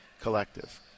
collective